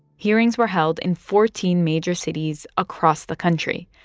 hearings were held in fourteen major cities across the country.